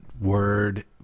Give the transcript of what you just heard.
word